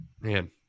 Man